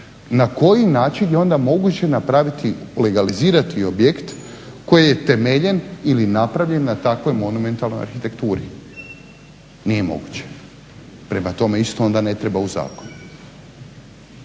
na koji način je onda moguće legalizirati objekt koji je temeljen ili napravljen na takvoj monumentalnoj arhitekturi? Nije moguće. Prema tome isto onda ne treba u zakon,